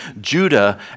Judah